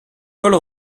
paule